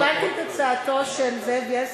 קיבלתי את הצעתו של זאב בילסקי,